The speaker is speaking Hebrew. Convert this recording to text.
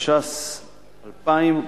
התש"ס 2000,